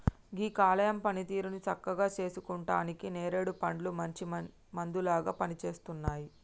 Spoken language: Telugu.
గీ కాలేయం పనితీరుని సక్కగా సేసుకుంటానికి నేరేడు పండ్లు మంచి మందులాగా పనిసేస్తున్నాయి